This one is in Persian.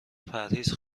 پرهیز